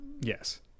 yes